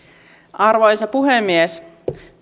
arvoisa puhemies